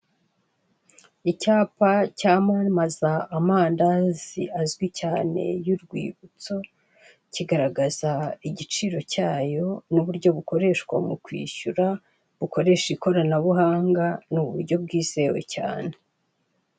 Icyapa cyamamaza amandazi azwi cyane y'urwibutso kigaragaza igiciro cyayo n'uburyo bukoreshwa mu kwishyura bukoresha ikoranabuhanga ni uburyo bwizewe cyane.